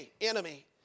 enemy